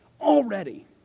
already